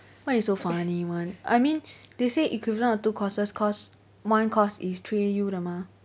why you so funny [one] I mean they say equivalent of two courses cause one course is three A_U 的吗